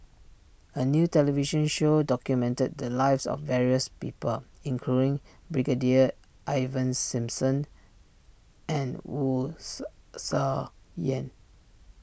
a new television show documented the lives of various people including Brigadier Ivan Simson and Wu Yen